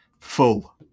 full